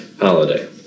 holiday